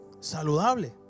Saludable